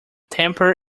temper